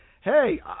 hey